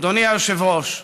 אדוני היושב-ראש,